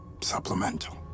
supplemental